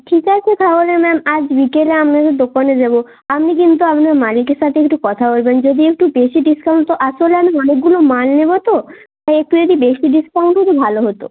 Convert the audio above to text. ঠিক আছে তাহলে ম্যাম আজ বিকেলে আমনাদের দোকানে যাবো আমনি কিন্তু আমনার মালিকের সাথে একটু কথা বলবেন যদি একটু বেশি ডিসকাউন্ট তো আসলে আমি অনেকগুলো মাল নেবো তো তাই একটু যদি বেশি ডিসকাউন্ট হতো ভালো হতো